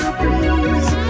please